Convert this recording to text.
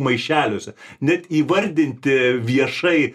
maišeliuose net įvardinti viešai